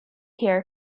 here